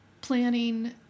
planning